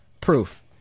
Proof